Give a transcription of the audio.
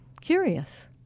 curious